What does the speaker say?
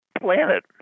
planet